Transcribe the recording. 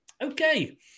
Okay